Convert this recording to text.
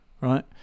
right